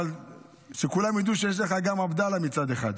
אבל שכולם ידעו שיש לך גם עבדאללה מצד אחד.